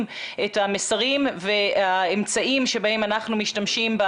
את המסרים והאמצעים שבהם אנחנו משתמשים,